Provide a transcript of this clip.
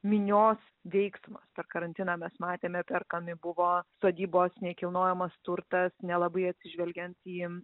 minios veiksmas per karantiną mes matėme perkami buvo sodybos nekilnojamas turtas nelabai atsižvelgiant į